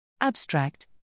Abstract